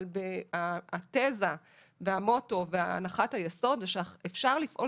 אבל התזה והמוטו והנחת הייסוד זה שאפשר לפעול